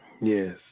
Yes